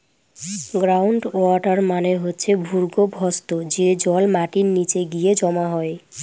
ground water মানে হচ্ছে ভূর্গভস্ত, যে জল মাটির নিচে গিয়ে জমা হয়